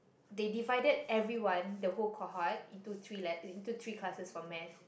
they divided everyone the whole cohort into three le~ into three classes for math